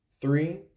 three